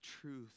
truth